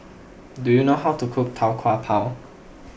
do you know how to cook Tau Kwa Pau